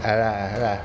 !hanna! !hanna!